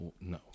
No